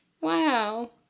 Wow